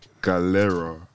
Galera